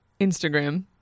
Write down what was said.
Instagram